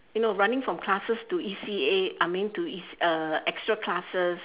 you know running from classes to E_C_A I mean to E_C uh extra classes